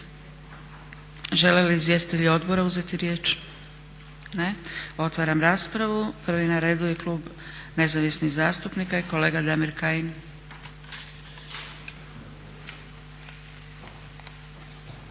Žele li izvjestitelji odbora uzeti riječ? Ne. Otvaram raspravu. Prvi na redu je klub Nezavisnih zastupnika i kolega Damir Kajin.